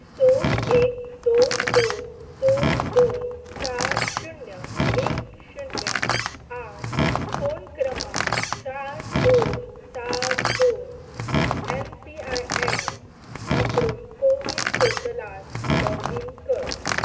स एक दोन दोन स दोन चार शुन्य एक शुन्य आठ फोन क्रमांक चार दोन सात दोन एम पी आय एन वापरून कोवीन पोर्टलांर लॉगीन कर